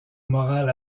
moral